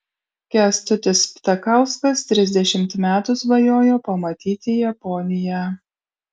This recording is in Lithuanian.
kęstutis ptakauskas trisdešimt metų svajojo pamatyti japoniją